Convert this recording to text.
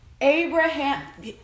Abraham